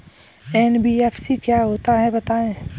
NBFC क्या होता है बताएँ?